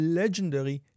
legendary